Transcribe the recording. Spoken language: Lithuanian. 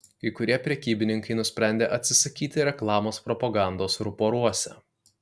kai kurie prekybininkai nusprendė atsisakyti reklamos propagandos ruporuose